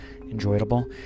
enjoyable